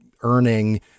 earning